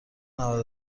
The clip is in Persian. نود